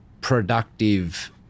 productive